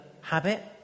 habit